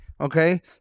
Okay